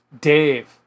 Dave